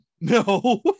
No